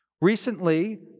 Recently